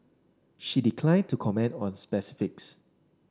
she declined to comment on specifics